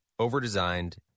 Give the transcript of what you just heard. overdesigned